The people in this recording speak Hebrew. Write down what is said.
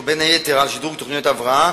ובין היתר על שדרוג תוכניות ההבראה.